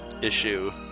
issue